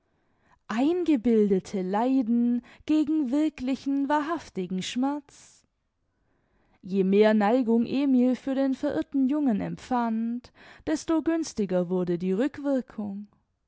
eingebildete leiden gegen wirklichen wahrhaftigen schmerz je mehr neigung emil für den verirrten jungen empfand desto günstiger wurde die rückwirkung